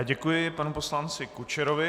Děkuji panu poslanci Kučerovi.